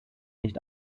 nicht